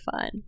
fun